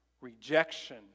rejection